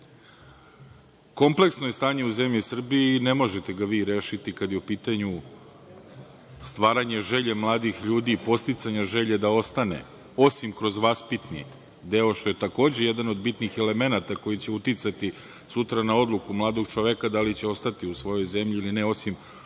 vremena. Kompleksno je stanje u zemlji Srbiji i ne možete ga vi rešiti kad je u pitanju stvaranje želje mladih ljudi i podsticanja želje da ostane, osim kroz vaspitni deo, što je takođe jedan od bitnih elemenata koji će uticati sutra na odluku mladog čoveka da li će ostati u svojoj zemlji ili ne, osim